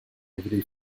every